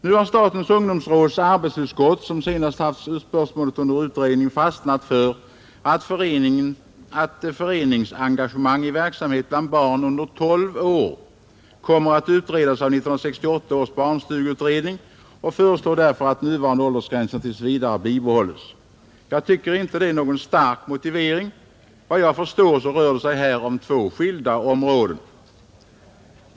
Nu har statens ungdomsråds arbetsutskott, som senast haft spörsmålet under utredning, fastnat för att föreningsengagemang i verksamhet bland barn under tolv år kommer att utredas av 1968 års barnstugeutredning och föreslår därför att nuvarande åldersgränser tills vidare bibehålles. Jag tycker inte att detta är någon stark motivering. Vad jag förstår så rör det sig här om två skilda områden.